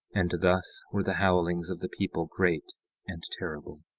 and thus were the howlings of the people great and terrible.